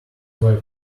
were